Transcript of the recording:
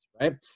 right